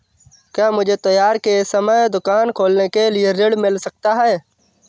क्या मुझे त्योहार के समय दुकान खोलने के लिए ऋण मिल सकता है?